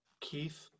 Keith